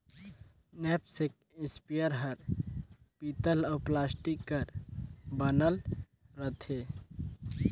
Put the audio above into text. knapsack spare हर पीतल अउ प्लास्टिक कर बनल रथे